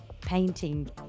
painting